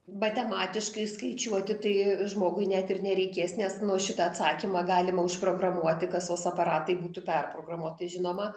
matematiškai skaičiuoti tai žmogui net ir nereikės nes nu šitą atsakymą galima užprogramuoti kasos aparatai būtų perprogramuoti žinoma